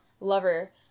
lover